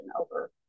over